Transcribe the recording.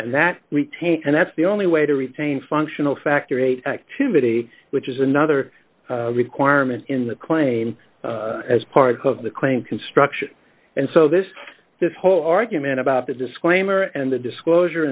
and that retains and that's the only way to retain functional factor eight activity which is another requirement in the claim as part of the claim construction and so this this whole argument about the disclaimer and the disclosure